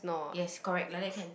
yes correct like that can